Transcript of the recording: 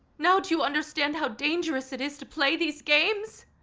now do you understand how dangerous it is to play these games?